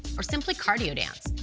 or simply cardio dance,